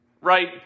right